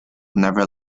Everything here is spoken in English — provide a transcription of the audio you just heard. never